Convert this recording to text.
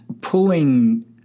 pulling